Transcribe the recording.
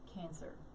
cancer